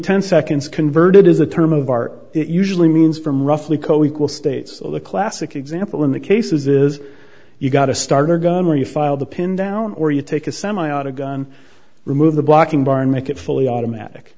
ten seconds converted is a term of art it usually means from roughly co equal states all the classic example in the cases is you got a starter gun where you file the pin down or you take a semi auto gun remove the blocking bar and make it fully automatic